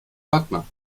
ordner